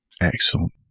excellent